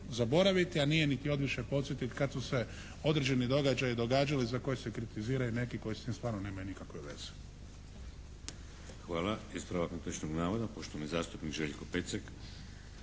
zaboraviti a nije niti odviše podsjetiti kad su se određeni događaji događali za koje se kritiziraju neki koji s tim stvarno nemaju nikakve veze. **Šeks, Vladimir (HDZ)** Hvala. Ispravak netočnog navoda poštovani zastupnik Željko Pecek.